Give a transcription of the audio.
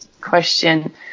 question